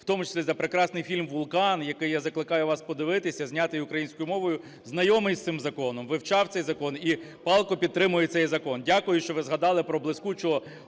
в тому числі за прекрасний фільм "Вулкан", який я закликаю вас подивитися, знятий українською мовою, знайомий з цим законом, вивчав цей закон і палко підтримує цей закон. Дякую, що ви згадали про блискучого